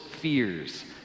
fears